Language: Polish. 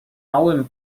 małym